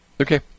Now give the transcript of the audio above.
Okay